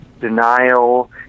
Denial